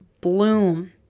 Bloom